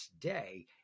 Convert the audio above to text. today